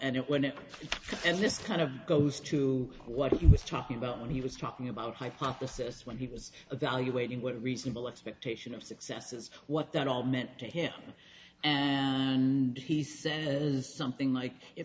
and it went in and just kind of goes to what he was talking about when he was talking about hypothesis when he was evaluating what a reasonable expectation of success is what that all meant to him and he says something like it